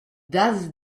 does